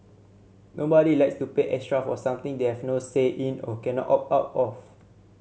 nobody likes to pay extra for something they have no say in or cannot opt out of